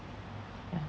yeah